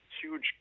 huge